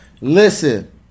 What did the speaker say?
Listen